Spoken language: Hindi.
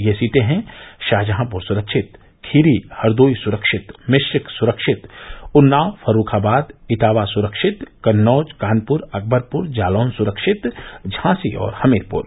ये सीटे हैं शाहजहांपुर सुरक्षित खीरी हरदोई सुरक्षित मिश्रिख सुरक्षित उन्नाव फर्रुखाबाद इटावा सुरक्षित कन्नौज कानपुर अकबरपुर जालौन सुरक्षित झांसी और हमीरपुर